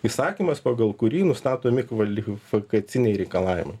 įsakymas pagal kurį nustatomi kvalifikaciniai reikalavimai